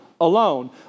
alone